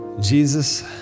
Jesus